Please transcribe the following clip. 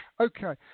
Okay